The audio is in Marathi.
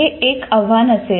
हे एक आव्हान असेल